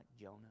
Jonah